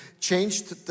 changed